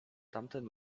tamten